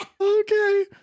Okay